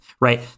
right